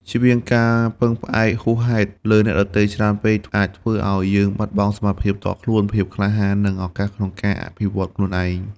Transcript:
ជៀសវាងការពឹងផ្អែកហួសហេតុលើអ្នកដទៃច្រើនពេក អាចធ្វើឲ្យយើងបាត់បង់សមត្ថភាពផ្ទាល់ខ្លួន ភាពក្លាហាន និងឱកាសក្នុងការអភិវឌ្ឍខ្លួនឯង។